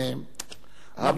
המתנחלים, הכוונה.